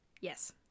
Yes